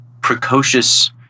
precocious